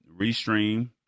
Restream